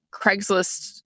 Craigslist